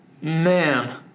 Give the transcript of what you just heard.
Man